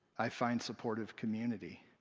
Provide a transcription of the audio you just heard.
i find supportive community.